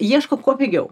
ieško kuo pigiau